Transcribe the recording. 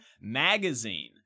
magazine